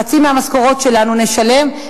חצי מהמשכורות שלנו נשלם,